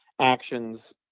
actions